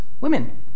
women